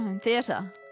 Theatre